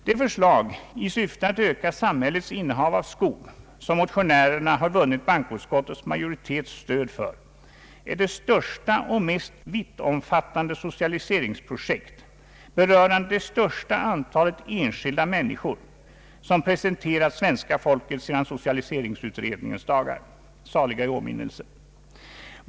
Det förslag i syfte att öka samhällets innehav av skog som motionärerna har vunnit bankoutskottsmajoritetens stöd för är det största och mest vittomfattande socialiseringsprojekt, berörande det största antalet enskilda människor, som presenterats svenska folket sedan socialiseringsutredningens dagar — saliga i åminnelse.